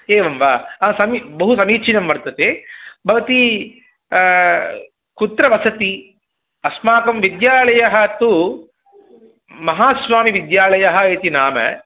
एवं वा समि बहुसमीचीनं वर्तते भवती कुत्र वसति अस्माकं विद्यालयः तु महास्वामिविद्यालयः इति नाम